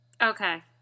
Okay